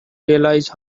realize